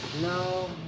No